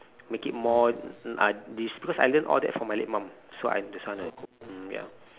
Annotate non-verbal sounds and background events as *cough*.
make it more *noise* ah dish because I learn all that from my late mum so I that's why I know how to cook mm ya